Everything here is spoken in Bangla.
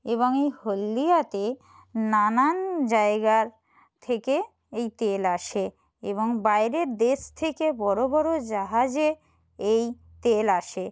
এবং এই হলদিয়াতে নানান জায়গার থেকে এই তেল আসে এবং বাইরের দেশ থেকে বড়ো বড়ো জাহাজে এই তেল আসে